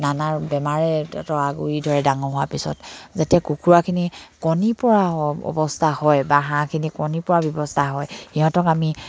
নানান বেমাৰে তাহাঁতৰ আগুৰি ধৰে ডাঙৰ হোৱাৰ পিছত যেতিয়া কুকুৰাখিনি কণী পৰা অৱস্থা হয় বা হাঁহখিনি কণী পৰা ব্যৱস্থা হয় সিহঁতক আমি